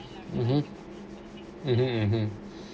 (uh huh)